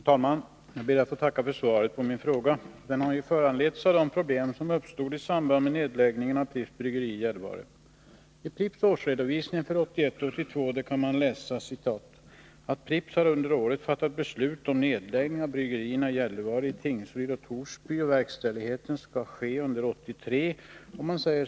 Herr talman! Jag ber att få tacka för svaret på min fråga, som var föranledd av de problem som uppstått i samband med nedläggningen av Pripps bryggeri i Gällivare. I Pripps årsredovisning för 1981/82 kan man läsa: ”Inom Pripps har under året fattats beslut om nedläggning av bryggerierna i Gällivare, Tingsryd och Torsby. Verkställighet sker under 1983.